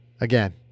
again